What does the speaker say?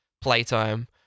Playtime